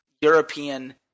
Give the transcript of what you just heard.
European